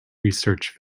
research